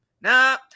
nah